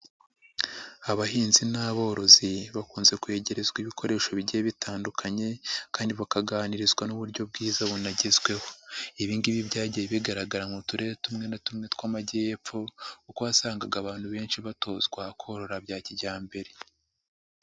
Abahinzi n'aborozi bakunze kwegerezwa ibikoresho bigiye bitandukanye kandi bakaganirizwa n'uburyo bwiza bunagezweho. Ibi ngibi byagiye bigaragara mu turere tumwe na tumwe tw'amajyepfo kuko wasangaga abantu benshi batozwa korora bya kijyambere.